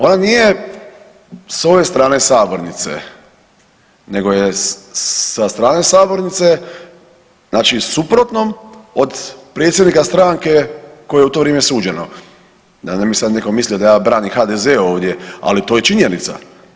Ona nije s ove strane sabornice nego je sa strane sabornice znači suprotnom od predsjednika stranke koje je u to vrijeme suđeno, da ne bi sad neko mislio da ja branim HDZ ovdje, ali to je činjenica.